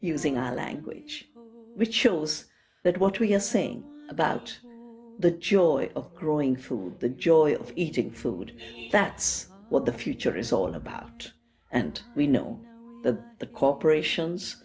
using our language which shows that what we are saying about the joy of growing food the joy of eating food that's what the future is all about and we know that the corporations